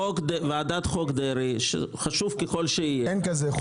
ועדת חוק דרעי, חשוב ככל שיהיה --- אין חוק כזה.